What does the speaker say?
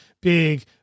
big